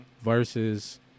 versus